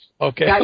Okay